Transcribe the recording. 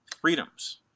freedoms